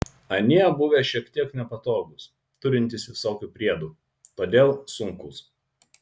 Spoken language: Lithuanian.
anie buvę šiek tiek nepatogūs turintys visokių priedų todėl sunkūs